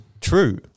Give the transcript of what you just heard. true